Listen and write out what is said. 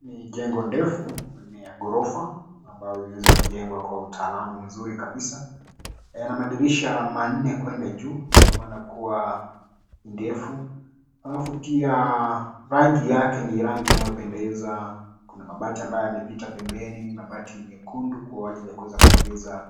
Ni jengo ndefu ambayo ni ya ghorofa ambayo imeweza kujengwa kwa utaalamu mzuri kabisa na madirisha manne kwenda juu, ina maana kuwa ndefu. Alafu pia rangi yake ni rangi inayopendeza. Kuna mabati ambayo yamepita pembeni, mabati nyekundu kwa ajili ya kuweza kuongeza